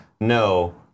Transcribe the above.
no